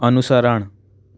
અનુસરણ